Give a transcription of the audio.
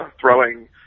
throwing